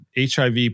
HIV